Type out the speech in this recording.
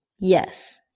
Yes